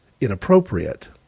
inappropriate